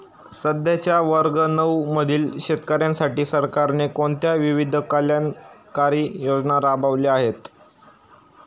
सध्याच्या वर्ग नऊ मधील शेतकऱ्यांसाठी सरकारने कोणत्या विविध कल्याणकारी योजना राबवल्या आहेत?